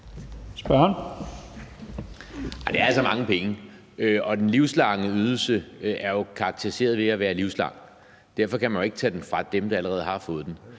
Det er altså mange penge. Den livslange ydelse er jo karakteriseret ved at være livslang, og derfor kan man ikke tage den fra dem, der allerede har fået dem.